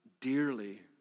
dearly